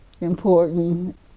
important